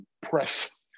press